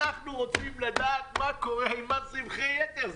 אנחנו רוצים לדעת מה קורה עם מס רווחי יתר.